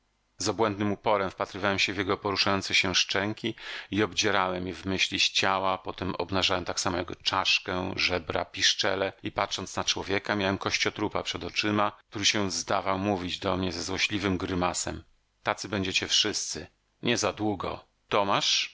z obłędnym uporem wpatrywałem się w jego poruszające się szczęki i obdzierałem je w myśli z ciała potem obnażałem tak samo jego czaszkę żebra piszczele i patrząc na człowieka miałem kościotrupa przed oczyma który się zdawał mówić do mnie ze złośliwym grymasem tacy będziecie wszyscy niezadługo tomasz